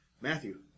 Matthew